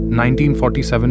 1947